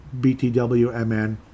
BTWMN